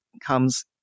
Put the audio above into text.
comes